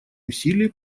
усилия